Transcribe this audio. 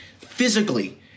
Physically